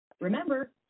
Remember